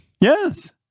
Yes